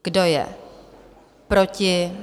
Kdo je proti?